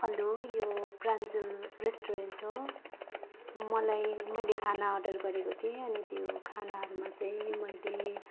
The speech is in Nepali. हेलो यो प्रान्जल रेस्टुरेन्ट हो मलाई मैले खाना अर्डर गरेको थिएँ अनि त्यो खानाहरूमा चाहिँ मैले